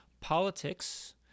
politics